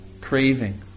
Craving